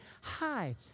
hi